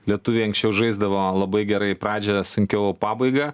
lietuviai anksčiau žaisdavo labai gerai pradžioje sunkiau o pabaigą